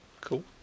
cool